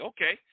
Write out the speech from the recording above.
Okay